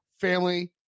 family